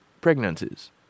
pregnancies